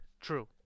True